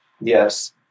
Yes